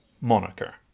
moniker